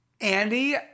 Andy